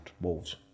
Wolves